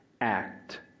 act